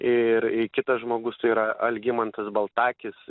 ir kitas žmogus tai yra algimantas baltakis